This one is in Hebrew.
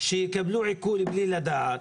ושיקבלו עיקול בלי לדעת.